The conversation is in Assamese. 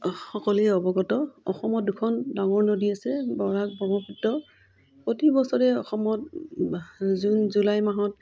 সকলোৱে অৱগত অসমত দুখন ডাঙৰ নদী আছে বৰাক ব্ৰহ্মপুত্ৰ প্ৰতি বছৰে অসমত জুন জুলাই মাহত